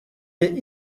est